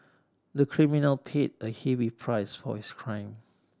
the criminal paid a heavy price for his crime